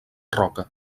roca